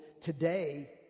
today